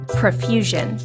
profusion